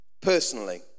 personally